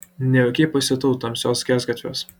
nejaukiai pasijutau tamsiuos skersgatviuos